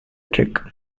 trick